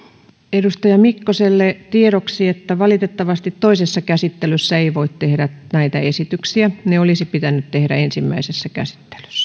edustaja mikkoselle tiedoksi että valitettavasti toisessa käsittelyssä ei voi tehdä näitä esityksiä ne olisi pitänyt tehdä ensimmäisessä käsittelyssä